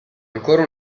ancora